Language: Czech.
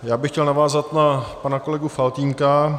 Já bych chtěl navázat na pana kolegu Faltýnka.